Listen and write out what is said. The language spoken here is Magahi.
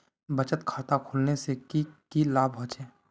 बचत खाता खोलने से की की लाभ होचे?